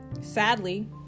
Sadly